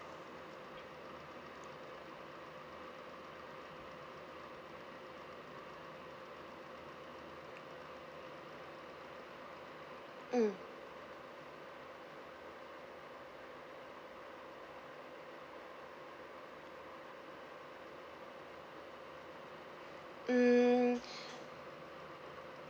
mm mm